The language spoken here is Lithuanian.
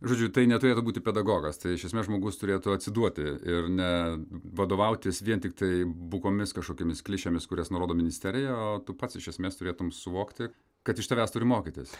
žodžiu tai neturėtų būti pedagogas tai iš esmės žmogus turėtų atsiduoti ir ne vadovautis vien tiktai bukomis kažkokiomis klišėmis kurias nurodo ministerija o tu pats iš esmės turėtum suvokti kad iš tavęs turi mokytis